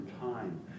time